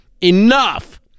Enough